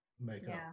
makeup